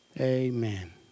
amen